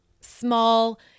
small